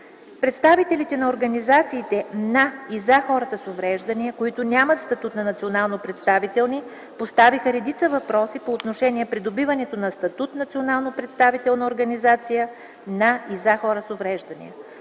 Представителите на организациите на и за хора с увреждания, които нямат статут на национално представителни, поставиха редица въпроси по отношение придобиването на статут национално представителна организация на и за хора с увреждания.